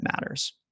matters